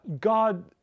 God